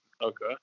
Okay